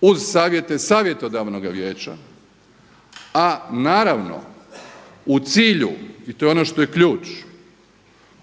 uz savjete Savjetodavnoga vijeća, a naravno u cilju i to je ono što je ključ,